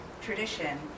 tradition